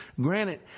Granted